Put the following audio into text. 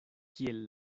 kiel